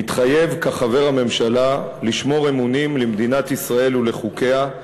מתחייב כחבר הממשלה לשמור אמונים למדינת ישראל ולחוקיה,